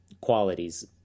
qualities